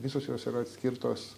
visos jos yra atskirtos